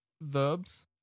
Verbs